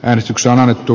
äänestyksen alettu